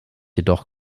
jedoch